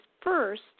first